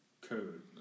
Code